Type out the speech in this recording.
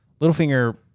Littlefinger